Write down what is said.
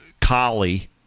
collie